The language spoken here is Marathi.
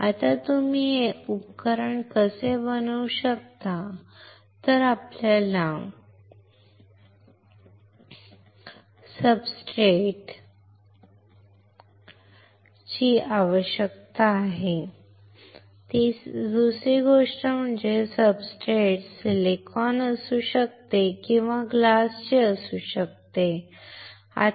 आता तुम्ही हे उपकरण कसे बनवू शकता